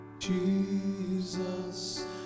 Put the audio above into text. Jesus